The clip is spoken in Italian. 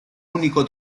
unico